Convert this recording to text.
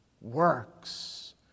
works